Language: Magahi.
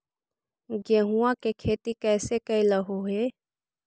गेहूआ के खेती कैसे कैलहो हे?